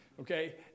okay